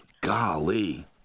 Golly